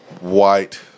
white